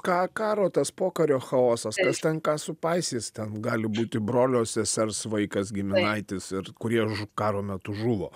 ką karo tas pokario chaosas kas ten ką supaisys ten gali būti brolio sesers vaikas giminaitis ir kurie karo metu žuvo